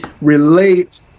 relate